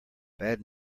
bad